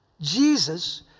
Jesus